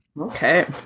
Okay